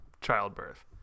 childbirth